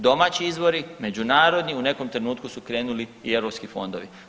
Domaći izvori, međunarodni, u nekom trenutku su krenuli i europski fondovi.